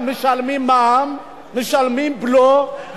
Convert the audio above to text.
משלמים בלו,